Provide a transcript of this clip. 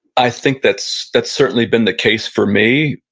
i think that's that's certainly been the case for me,